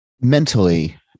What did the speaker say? Mentally